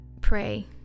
pray